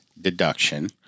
deduction